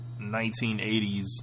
1980s